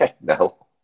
no